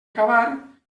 cavar